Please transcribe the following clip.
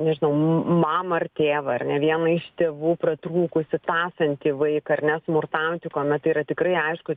nežinau m mamą ar tėvą ar ne vieną iš tėvų pratrūkusį tąsanti vaiką ar ne smurtaujantį kuomet tai yra tikrai aiškus